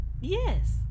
Yes